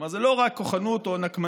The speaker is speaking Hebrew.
כלומר, זה לא רק כוחנות או נקמנות,